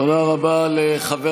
תודה רבה לחבר